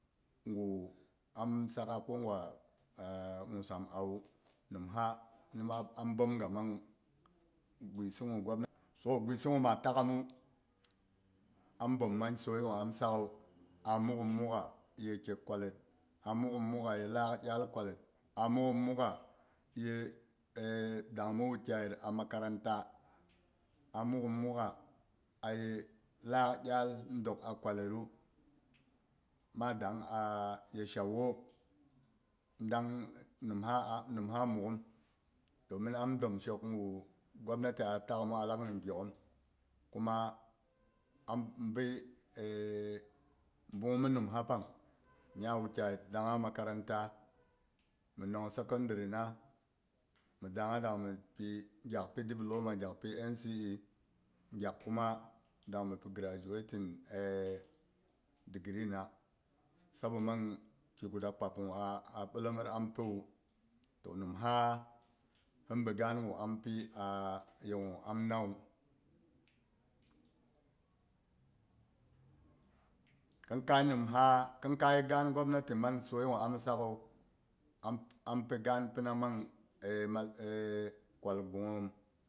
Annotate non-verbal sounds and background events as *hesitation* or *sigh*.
Nguh, am sakah ko gwa *hesitation* nwussam awu nim sa ni am bomga mang guisi guh gwam na so guisi gu ma takhimmu am bhom mang sai gwa am sakhu a mughum mugha ye ke kwallet, a mughum mugha ye lakh iyaal kwallet, a mughum mugha ye *hesitation* dangni wukyai yit makaranta, a mughum mugha ye lak iyaal dok a kwallet du mang dang *hesitation* ye sha wok dang a nimha a nimha mughum, domin am dom shok guh gwapnati a takhimu a lak shok gyokhn kuma am bi *hesitation* bung mhi nimsa pang nya wukyai yit dangha makaranta mhi nong secondary na mhi dangah dang mi pi, gyak pi diploma gyak pi ncc gyak kuma dang mhi pi graduating *hesitation* degree na sabo mang ki guda kpab gwa a ɓillemmhit am piwu to nimha him ɓi gaan guh am pi *hesitation* yeh guh am nawu. Khin kayi nimha, khinkai ga'an gwapnati man sai guh am sakhu am pi ga'am pina mang *hesitation* mal *hesitation* gunghom